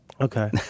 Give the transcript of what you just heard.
Okay